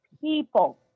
people